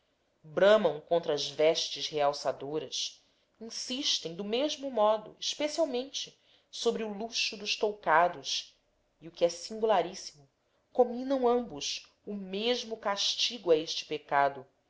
bramam contra as vestes realçadoras insistem do mesmo modo especialmente sobre o luxo dos toucados e o que é singularíssimo cominam ambos o mesmo castigo a este pecado